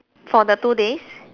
for the two days